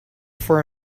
for